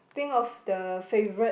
think of the favourite